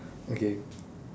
okay